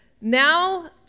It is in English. now